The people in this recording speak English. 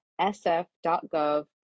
sf.gov